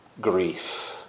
grief